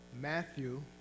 Matthew